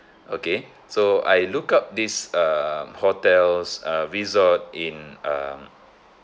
okay so I look up this uh hotels uh resort in um